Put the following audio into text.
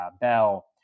Bell